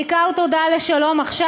בעיקר תודה ל"שלום עכשיו".